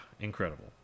Incredible